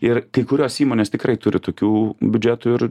ir kai kurios įmonės tikrai turi tokių biudžetų ir